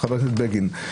חה"כ בגין,